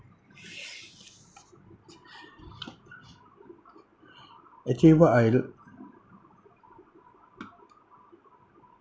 actually what I do